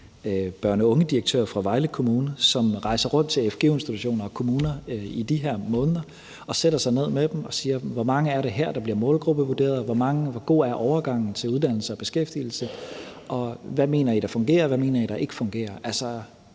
børn og unge-direktør fra Vejle Kommune, som rejser rundt til fgu-institutioner og kommuner i de her måneder og sætter sig ned med dem og siger: Hvor mange er der her, der bliver målgruppevurderet? Hvor god er overgangen til uddannelse og beskæftigelse? Og hvad mener I fungerer, og hvad mener I ikke fungerer?